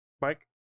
Mike